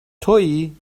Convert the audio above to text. توئی